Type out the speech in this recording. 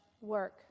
work